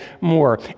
more